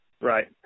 Right